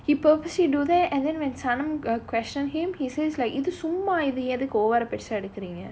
he purposely do that and then when sanam uh question him he says like இது சும்மா இதை எதுக்கு பெருசா எடுக்குறீங்க:idhu summa idha edhuku perusaa edukureenga